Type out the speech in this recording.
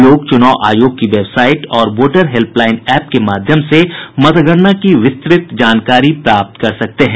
लोग चुनाव आयोग की वेबसाइट और वोटर हेल्पलाईन एप्प के माध्यम से मतगणना की विस्तृत जानकारी प्राप्त कर सकते हैं